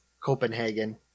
Copenhagen